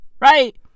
Right